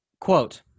quote